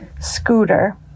Scooter